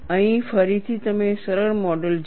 અહીં ફરીથી તમે સરળ મોડલ જુઓ